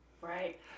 Right